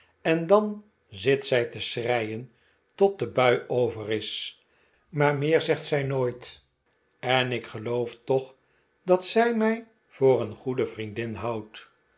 en dan zit zij te schreien tot de bui over is maar meer zegt zij mij nooit en ik geloof toch dat zij mij voor een goede vriendin houdt